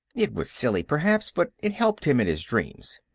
it was silly, perhaps, but it helped him in his dreams.